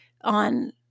on